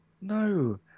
No